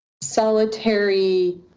solitary